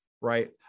right